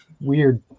weird